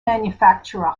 manufacturer